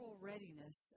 readiness